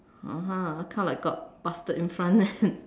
(uh huh) kind of like got busted in front then